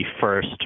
first